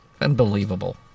Unbelievable